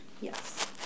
Yes